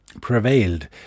prevailed